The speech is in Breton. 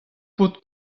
paotr